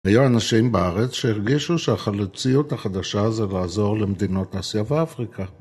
היו אנשים בארץ, שהרגישו שהחלוציות החדשה זה לעזור למדינות אסיה ואפריקה.